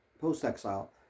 post-exile